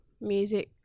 music